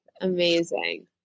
Amazing